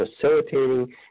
facilitating